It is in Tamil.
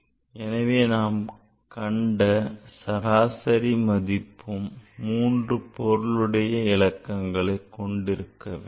எனவே நாம் கண்ட சராசரி மதிப்பும் மூன்று பொருளுடைய இலக்கங்களைக் கொண்டிருக்க வேண்டும்